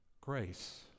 grace